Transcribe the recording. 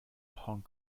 hong